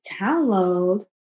download